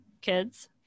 kids